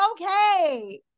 okay